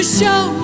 show